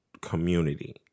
community